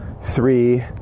three